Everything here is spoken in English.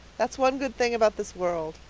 that is one good thing about this world.